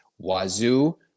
Wazoo